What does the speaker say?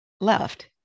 left